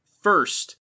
first